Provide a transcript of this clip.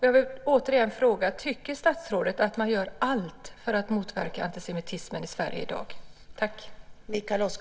Jag vill återigen fråga: Tycker statsrådet att man gör allt för att motverka antisemitismen i Sverige i dag?